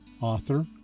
author